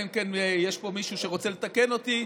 אלא אם כן יש פה מישהו שרוצה לתקן אותי,